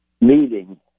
meeting